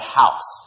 house